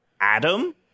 adam